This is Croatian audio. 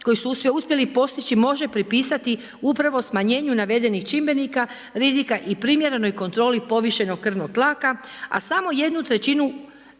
koji su se uspjeli postići može pripisati upravo smanjenju navedenih čimbenika rizika i primjerenoj kontroli povišenog krvnog tlaka, a samo 1/3 unapređenju